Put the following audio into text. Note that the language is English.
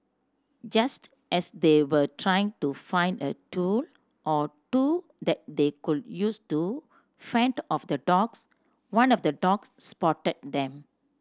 just as they were trying to find a tool or two that they could use to fend off the dogs one of the dogs spotted them